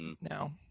No